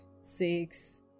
six